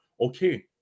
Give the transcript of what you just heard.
okay